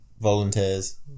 volunteers